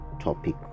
topic